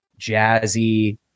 jazzy